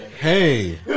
hey